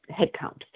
headcount